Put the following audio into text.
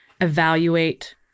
evaluate